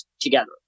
together